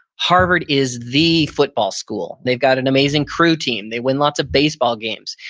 harvard is the football school. they've got an amazing crew team. they win lots of baseball games.